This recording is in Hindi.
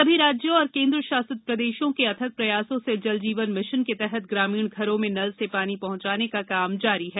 सभी राज्यों और केंद्रशासित प्रदेशों के अथक प्रयास से जल जीवन मिशन के तहत ग्रामीण घरों में नल से पानी पहुंचाने का काम जारी है